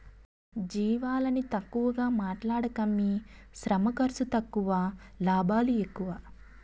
జీవాలని తక్కువగా మాట్లాడకమ్మీ శ్రమ ఖర్సు తక్కువ లాభాలు ఎక్కువ